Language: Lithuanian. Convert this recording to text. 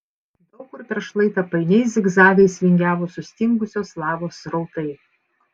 daug kur per šlaitą painiais zigzagais vingiavo sustingusios lavos srautai